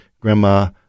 Grandma